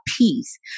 peace